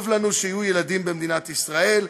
טוב לנו שיהיו ילדים במדינת ישראל.